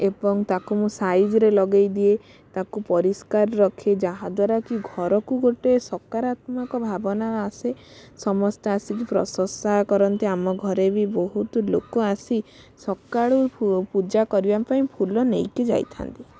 ଏବଂ ତାକୁ ମୁଁ ସାଇଜ୍ରେ ଲଗାଇ ଦିଏ ତାକୁ ପରିଷ୍କାର ରଖେ ଯାହା ଦ୍ଵାରା କି ଘର କୁ ଗୋଟେ ସକାରାତ୍ମକ ଭାବନା ଆସେ ସମସ୍ତେ ଆସିକି ପ୍ରଶଂସା କରନ୍ତି ଆମ ଘରେ ବି ବହୁତ ଲୋକ ଆସି ସକାଳୁ ପୂଜା କରିବା ପାଇଁ ଫୁଲ ନେଇକି ଯାଇଥାନ୍ତି